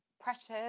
pressures